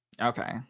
Okay